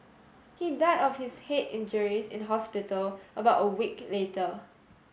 he died of his head injuries in hospital about a week later